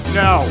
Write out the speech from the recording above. no